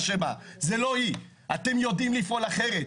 זו לא היא, אתם יודעים לפעול אחרת.